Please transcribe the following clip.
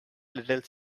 little